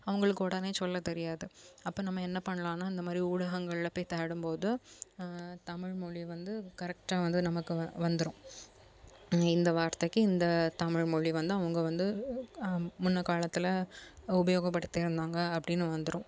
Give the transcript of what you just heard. அவங்களுக்கு உடனே சொல்லத்தெரியாது அப்போ நம்ம என்ன பண்ணலான்னா இந்த மாதிரி ஊடகங்கள்ல போய் தேடும் போது தமிழ்மொழி வந்து கரெக்டாக வந்து நமக்கு வந்துடும் இந்த வார்த்தைக்கு இந்த தமிழ்மொழி வந்து அவங்க வந்து முன்ன காலத்தில் உபயோகப்படுத்தியிருந்தாங்க அப்படினு வந்துடும்